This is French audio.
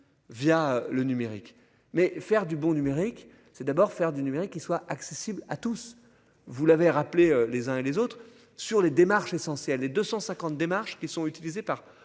via le numérique, mais faire du bon numérique c'est d'abord faire du numérique qui soit accessible à tous, vous l'avez rappelé, les uns et les autres sur les démarches est censé les 250 démarche qui sont utilisés par